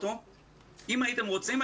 אם הייתם רוצים,